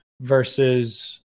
versus